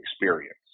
experience